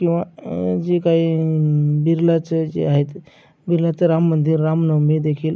किंवा जे काही बिर्लाचे जे आहे बिर्लांचे राम मंदिर रामनवमी देखील